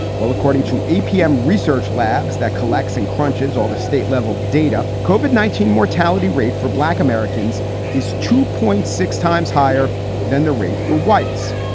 well, according to apm research labs, that collects and crunches all the state level data covered nineteen mortality rate for black americans is two point six times higher than the rate for whites.